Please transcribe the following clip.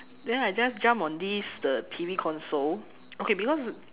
then I just jump on this the T_V console okay because